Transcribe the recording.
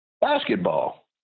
Basketball